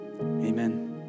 Amen